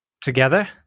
together